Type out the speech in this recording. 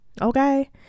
okay